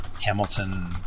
hamilton